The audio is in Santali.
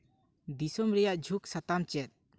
ᱫᱤᱥᱚᱢ ᱨᱮᱭᱟᱜ ᱡᱷᱩᱠ ᱥᱟᱛᱟᱢ ᱪᱮᱫ